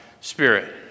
spirit